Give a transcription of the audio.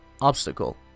obstacle